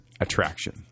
attraction